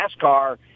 NASCAR